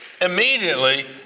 immediately